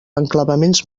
enclavaments